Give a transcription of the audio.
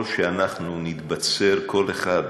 שאנחנו נתבצר כל אחד